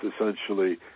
essentially